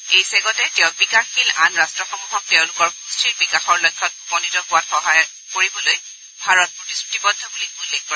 এই ছেগতে তেওঁ বিকাশশীল আন ৰাট্টসমূহক তেওঁলোকৰ সুস্থিৰ বিকাশৰ লক্ষ্যত উপনীত হোৱাত সহায় কৰিবলৈ ভাৰত প্ৰতিশ্ৰতিবদ্ধ বুলি উল্লেখ কৰে